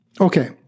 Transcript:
Okay